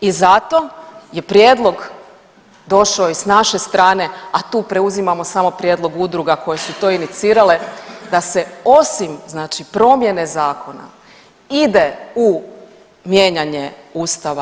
I zato je prijedlog došao i s naše strane, a tu preuzimamo samo prijedlog udruga koje su to inicirale da se osim promjene zakona ide u mijenjanje ustava.